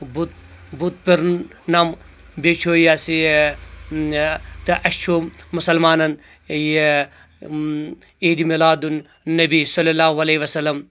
بُد بُد پُرنم بییٚہِ چھُ یہ ہسا یہِ اۭں تہٕ اسہِ چھُ مسلمانن یہِ اۭں عید میلادُن نبی صلی اللہ علیہ وسلم